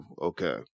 Okay